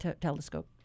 telescope